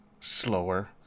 slower